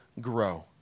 grow